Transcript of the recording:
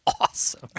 awesome